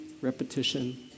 repetition